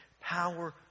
power